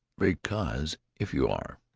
because if you are,